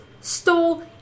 stole